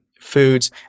foods